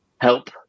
help